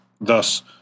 Thus